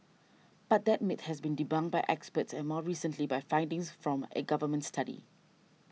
but that myth has been debunked by experts and more recently by findings from a Government study